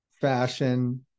fashion